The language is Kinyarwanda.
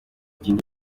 n’indi